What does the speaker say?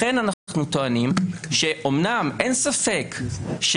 לכן אנחנו טוענים שאמנם אין ספק שהצעת